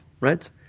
right